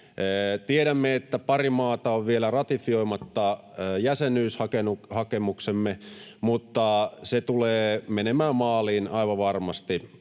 Tiedämme, että pari maata on vielä ratifioimatta jäsenyyshakemuksemme, mutta se tulee menemään maaliin aivan varmasti.